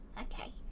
Okay